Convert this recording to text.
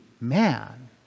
man